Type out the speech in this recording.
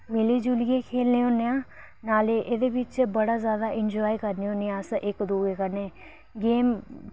मिली जुलियै खेलने होन्ने आं नाले एह्दे बिच बड़ा ज्यादा एन्जाय करने होन्ने अस इक दुए कन्नै गेम